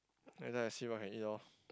later I see what I can eat lor